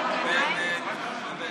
התעורר משנ"ץ.